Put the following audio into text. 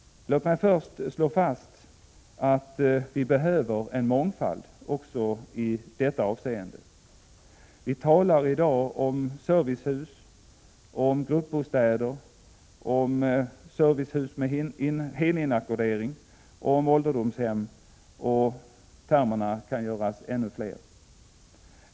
Låt mig då först slå fast att vi behöver en mångfald också i detta avseende. Vi talari dag om servicehus, om gruppbostäder, om servicehus med helinackordering och om ålderdomshem. Termerna kan bli ännu fler.